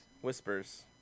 Whispers